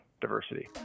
diversity